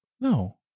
No